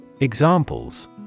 Examples